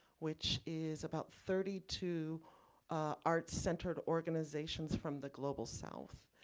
which is about thirty two arts-centered organizations from the global south.